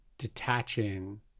detaching